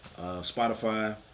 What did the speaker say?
Spotify